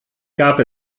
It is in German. gab